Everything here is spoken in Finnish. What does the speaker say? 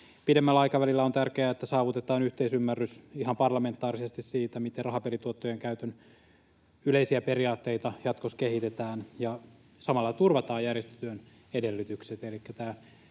Pidemmällä aikavälillä on tärkeää, että saavutetaan yhteisymmärrys ihan parlamentaarisesti siitä, miten rahapelituottojen käytön yleisiä periaatteita jatkossa kehitetään ja samalla turvataan järjestötyön edellytykset.